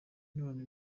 none